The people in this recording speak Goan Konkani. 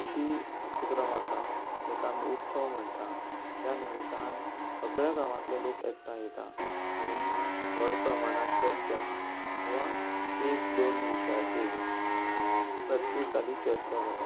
अशी उपक्रम आसा जेका आमी उत्सव म्हणटा त्या निमितान सगळ्या गांवातले लोक एकटांय येता आणी व्हड प्रमाणात चर्चा किंवां एक दोन विशयाचेर प्रत्येकाली चर्चा जाता